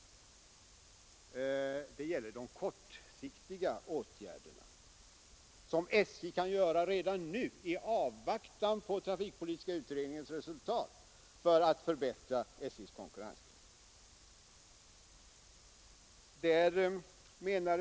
Den gäller de kortsiktiga åtgärder som SJ kan vidta redan nu, i avvaktan på trafikpolitiska utredningens resultat, för att förbättra SJ:s konkurrenskraft.